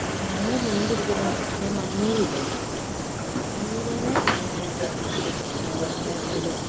ഞങ്ങൾ മീൻ പിടിക്കുന്ന എന്ന് വെച്ചിട്ടുണ്ടെങ്കിൽ മണ്ണിരയില്ലേ മണ്ണിരേനെ ഇടും നമ്മുടെ ഇതിൽ